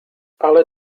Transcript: ale